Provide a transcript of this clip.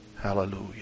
Hallelujah